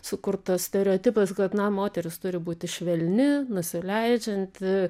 sukurtas stereotipas kad na moteris turi būti švelni nusileidžianti